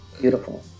Beautiful